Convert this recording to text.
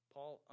Paul